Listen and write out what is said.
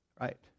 right